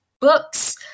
books